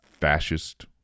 fascist